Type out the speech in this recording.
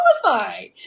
qualify